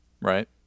right